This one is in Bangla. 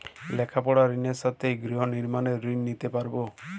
লেখাপড়ার ঋণের সাথে গৃহ নির্মাণের ঋণ নিতে পারব?